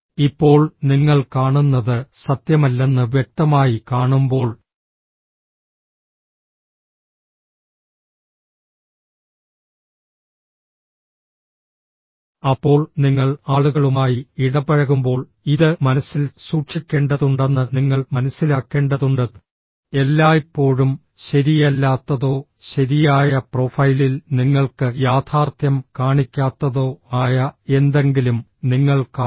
ഇപ്പോൾ നിങ്ങൾ കാണുന്നത് സത്യമല്ലെന്ന് വ്യക്തമായി കാണുമ്പോൾ അപ്പോൾ നിങ്ങൾ ആളുകളുമായി ഇടപഴകുമ്പോൾ ഇത് മനസ്സിൽ സൂക്ഷിക്കേണ്ടതുണ്ടെന്ന് നിങ്ങൾ മനസ്സിലാക്കേണ്ടതുണ്ട് എല്ലായ്പ്പോഴും ശരിയല്ലാത്തതോ ശരിയായ പ്രൊഫൈലിൽ നിങ്ങൾക്ക് യാഥാർത്ഥ്യം കാണിക്കാത്തതോ ആയ എന്തെങ്കിലും നിങ്ങൾ കാണുന്നു